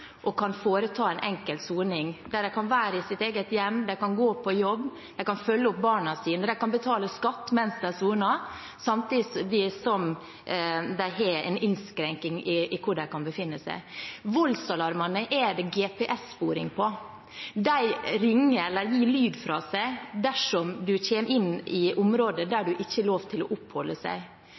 og kan foreta en enkel soning, der de kan være i sitt eget hjem, gå på jobb, følge opp barna sine og betale skatt mens de soner, samtidig som de har en innskrenkning i hvor de kan befinne seg. Voldsalarmene er det GPS-sporing på. De gir lyd fra seg dersom man kommer inn i områder der man ikke har lov til å oppholde seg.